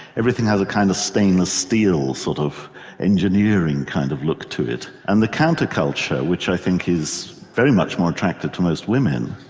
everything had a kind of stainless steel sort of engineering kind of look to it. and the counter-culture which i think is very much more attractive to most women,